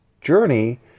journey